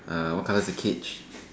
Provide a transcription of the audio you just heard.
uh what colour is the cage